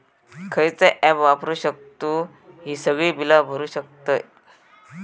खयचा ऍप वापरू शकतू ही सगळी बीला भरु शकतय?